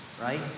Right